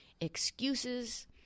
Excuses